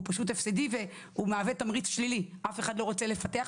הוא פשוט הפסדי והוא מהווה תמריץ שלילי אף אחד לא רוצה לפתח,